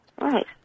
Right